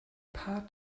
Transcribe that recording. paar